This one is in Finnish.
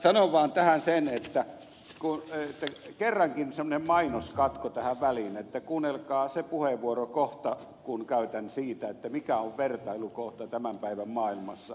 minä sanon vaan tähän sen kerrankin semmoinen mainoskatko tähän väliin että kuunnelkaa se puheenvuoron kohta jonka käytän siitä mikä on vertailukohta tämän päivän maailmassa